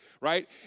right